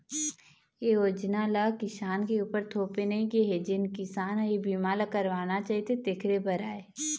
ए योजना ल किसान के उपर थोपे नइ गे हे जेन किसान ह ए बीमा ल करवाना चाहथे तेखरे बर आय